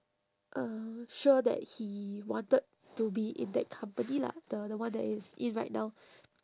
uh sure that he wanted to be in that company lah the the one that he is in right now